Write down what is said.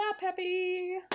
happy